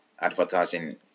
advertising